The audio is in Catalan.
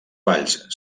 valls